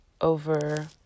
over